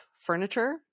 furniture